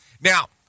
Now